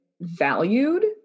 valued